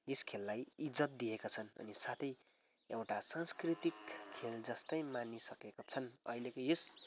यस खेललाई इज्जत दिएका छन् अनि साथै एउटा संस्कृतिक खेल जस्तै मानिसकेका छन् अहिलेको यस